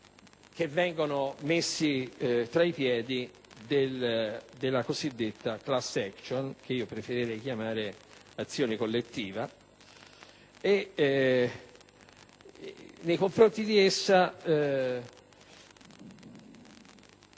che vengono messi tra i piedi della cosidetta *class action,* che io preferirei chiamare azione collettiva. Nei confronti di essa